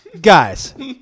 Guys